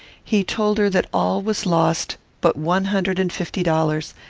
he told her that all was lost but one hundred and fifty dollars,